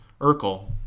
Urkel